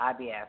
IBS